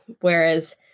whereas